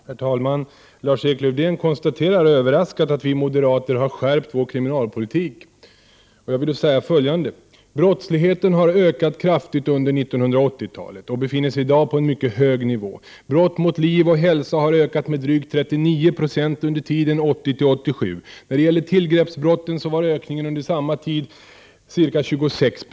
Herr talman! Lars-Erik Lövdén konstaterar överraskat att vi moderater har skärpt vår kriminalpolitik. Då vill jag säga följande. Brottsligheten har ökat kraftigt under 1980-talet och i dag befinner den sig på en mycket hög nivå. Brott mot liv och hälsa har ökat med drygt 39 Ze under tiden 1980-1987. När det gäller tillgreppsbrotten var ökningen under samma period ca 26 I.